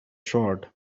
sword